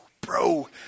bro